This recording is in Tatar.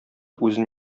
үзен